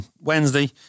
Wednesday